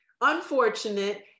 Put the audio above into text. unfortunate